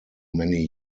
many